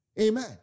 Amen